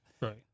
Right